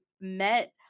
met